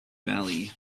valley